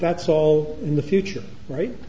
that's all in the future right